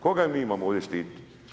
Koga mi imamo ovdje štititi?